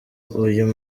uyu